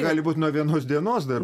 gali būt nuo vienos dienos dar